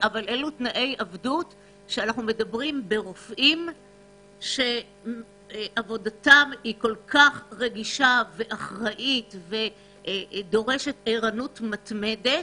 מדובר ברופאים שעבודתם היא רגישה ואחראית ודורשת ערנות מתמדת.